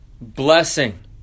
blessing